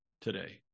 today